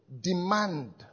demand